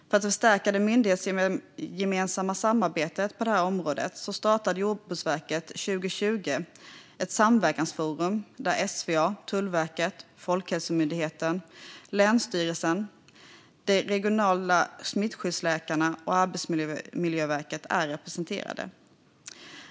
För att förstärka det myndighetsgemensamma samarbetet på det här området startade Jordbruksverket 2020 ett samverkansforum där SVA, Tullverket, Folkhälsomyndigheten, länsstyrelserna, de regionala smittskyddsläkarna och Arbetsmiljöverket är representerade.